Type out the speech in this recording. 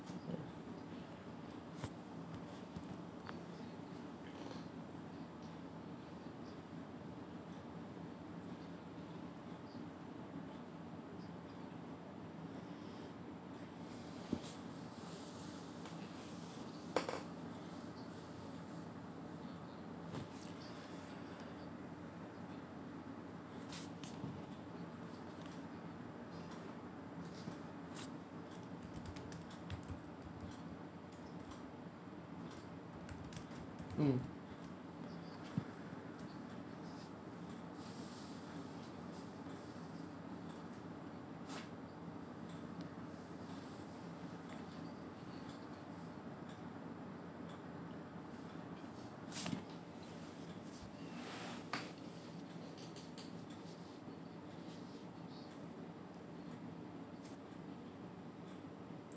mm